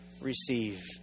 receive